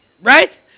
Right